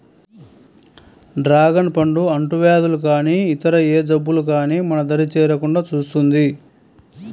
dragon పండు అంటువ్యాధులు గానీ ఇతర ఏ జబ్బులు గానీ మన దరి చేరకుండా చూస్తుంది